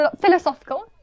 philosophical